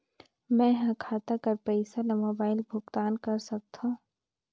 मैं ह खाता कर पईसा ला मोबाइल भुगतान कर सकथव?